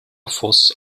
voss